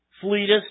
fleetest